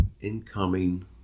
incoming